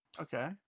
Okay